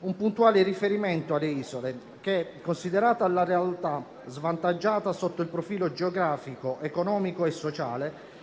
un puntuale riferimento alle isole che, considerata la realtà svantaggiata sotto il profilo geografico, economico e sociale,